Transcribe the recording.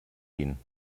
ihnen